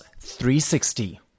360